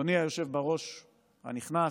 אדוני היושב בראש הנכנס,